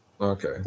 Okay